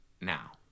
now